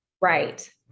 right